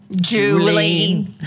Julie